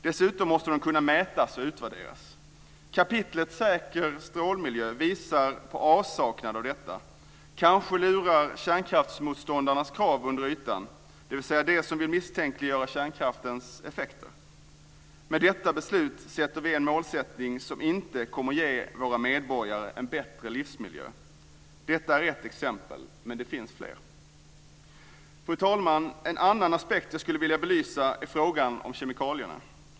Dessutom måste det kunna mätas och utvärderas. Kapitlet Säker strålmiljö visar på avsaknad av detta. Kanske lurar kärnkraftsmotståndarnas krav under ytan, dvs. de som vill misstänkliggöra kärnkraftens effekter. Med detta beslut sätter vi ett mål som inte kommer att ge våra medborgare en bättre livsmiljö. Detta är ett exempel, men det finns fler. Fru talman! En annan aspekt som jag skulle vilja belysa är frågan om kemikalierna.